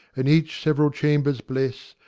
and each several chamber bless,